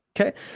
Okay